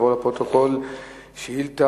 התחבורה והבטיחות בדרכים ביום כ"ז בטבת